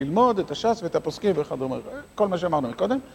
ללמוד את השס ואת הפוסקים וכדומה, כל מה שאמרנו מקודם